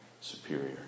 superior